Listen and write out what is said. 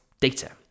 data